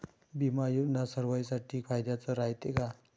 बिमा योजना सर्वाईसाठी फायद्याचं रायते का?